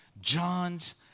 John's